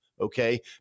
okay